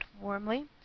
warmly